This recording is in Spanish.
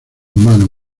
humano